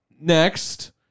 Next